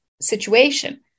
situation